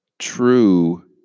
true